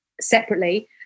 separately